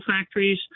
factories